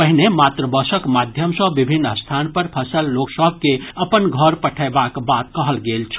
पहिने मात्र बसक माध्यम सँ विभिन्न स्थान पर फंसल लोक सभ के अपन घर पठयबाक बात कहल गेल छल